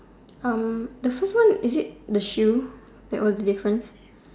um the first one is it the shoe that was different